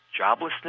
joblessness